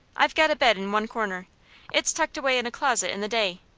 i've got a bed in one corner it's tucked away in a closet in the day.